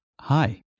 Hi